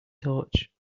torch